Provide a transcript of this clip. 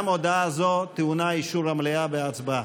גם הודעה זו טעונה את אישור המליאה בהצבעה.